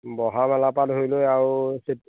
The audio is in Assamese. বহা মেলা পৰা ধৰি লৈ আৰু চিট